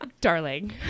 Darling